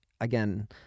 again